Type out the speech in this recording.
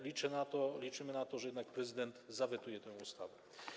Liczę na to, liczymy na to, że jednak prezydent zawetuje tę ustawę.